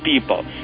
people